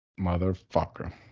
Motherfucker